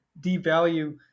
devalue